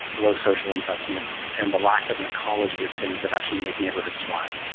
low social investment and the lack of an ecology of things that actually make neighbourhoods thrive.